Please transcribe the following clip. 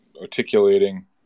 articulating